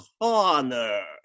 honor